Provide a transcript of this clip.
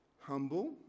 humble